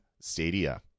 Stadia